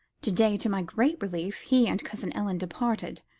to-day, to my great relief, he and cousin ellen departed.